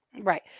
right